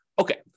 Okay